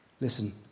Listen